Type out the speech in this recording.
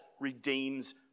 redeems